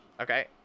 Okay